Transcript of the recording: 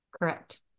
Correct